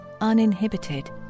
uninhibited